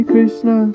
Krishna